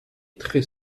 très